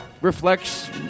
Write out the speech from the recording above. reflects